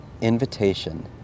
invitation